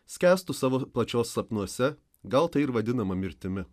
skęstu savo pačios sapnuose gal tai ir vadinama mirtimi